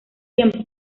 tiempo